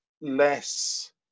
less